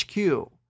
HQ